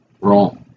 Roll